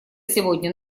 сегодня